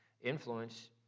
influence